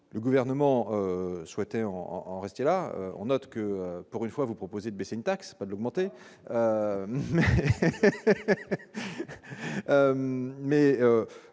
le gouvernement souhaitait en en rester là, on note que, pour une fois vous proposer de baisser une taxe. L'augmenter mais.